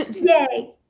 Yay